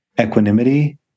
equanimity